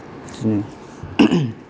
बिदिनो